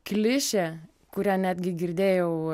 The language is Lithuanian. klišė kurią netgi girdėjau